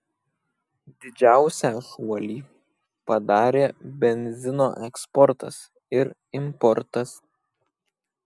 didžiausią šuolį padarė benzino eksportas ir importas